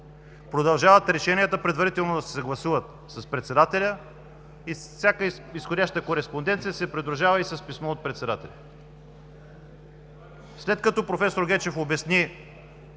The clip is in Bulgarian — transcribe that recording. Продължава решенията да се съгласуват предварително с председателя и всяка изходяща кореспонденция се придружава и с писмо от председателя. След като проф. Гечев обясни